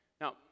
Now